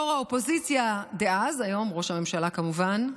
ראש האופוזיציה דאז, היום ראש הממשלה, כמובן,